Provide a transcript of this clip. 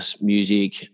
music